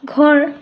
ঘৰ